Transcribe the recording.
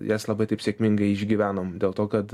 jas labai taip sėkmingai išgyvenom dėl to kad